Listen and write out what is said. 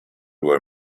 were